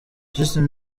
justin